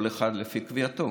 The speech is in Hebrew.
כל אחד לפי קביעתו,